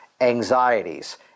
anxieties